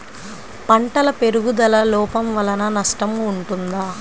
పంటల పెరుగుదల లోపం వలన నష్టము ఉంటుందా?